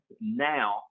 now